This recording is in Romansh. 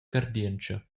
cardientscha